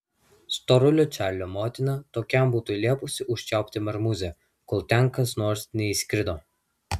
storulio čarlio motina tokiam būtų liepusi užčiaupti marmūzę kol ten kas nors neįskrido